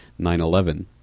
9-11